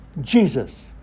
Jesus